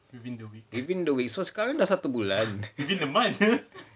within the week so sekarang dah satu bulan